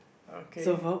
okay